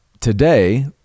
today